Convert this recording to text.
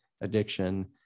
addiction